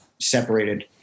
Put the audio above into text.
separated